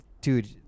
Dude